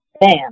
Bam